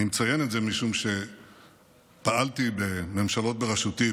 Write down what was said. אני מציין את זה משום שפעלתי בממשלות בראשותי,